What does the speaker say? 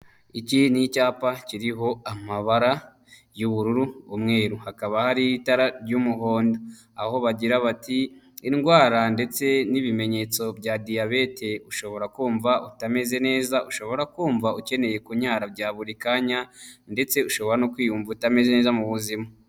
Iki ni icyapa kiriho amabara y'ubururu, umweru, hakaba hari itara ry'umuhondo, aho bagira bati indwara ndetse n'ibimenyetso bya diyabete ushobora kumva utameze neza, ushobora kumva ukeneye kunyara bya buri kanya ndetse ushobora no kwiyumva utameze neza mu buzima.